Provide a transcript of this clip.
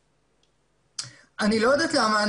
אני לא יודעת למה.